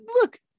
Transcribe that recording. look